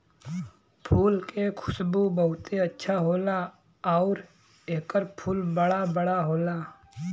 फूल के खुशबू बहुते अच्छा होला आउर एकर फूल बड़ा बड़ा होला